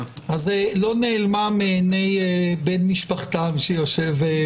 היא לא נעלמה מעיני בן משפחתם שיושב פה.